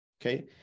Okay